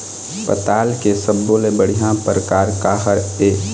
पताल के सब्बो ले बढ़िया परकार काहर ए?